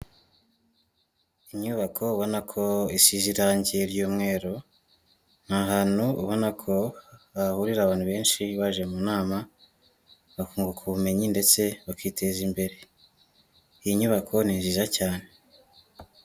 Inyubako ubona ko isize irangi ry'umweru, ni ahantu ubona ko hahurira abantu benshi baje mu nama, bakunguka ubumenyi ndetse bakiteza imbere. Iyi nyubako, ni nziza cyane.